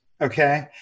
Okay